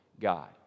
God